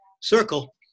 Circle